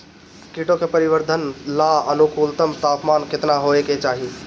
कीटो के परिवरर्धन ला अनुकूलतम तापमान केतना होए के चाही?